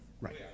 Right